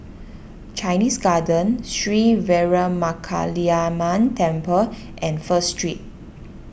Chinese Garden Sri Veeramakaliamman Temple and First Street